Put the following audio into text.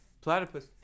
Platypus